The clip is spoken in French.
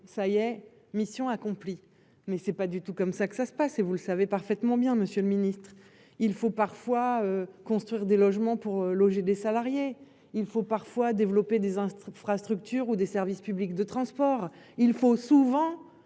ça y est, mission accomplie. Mais c'est pas du tout comme ça que ça se passe et vous le savez parfaitement bien Monsieur le Ministre. Il faut parfois construire des logements pour loger des salariés, il faut parfois développer des instruments infrastructures ou des services publics de transport, il faut souvent.